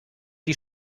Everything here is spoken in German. die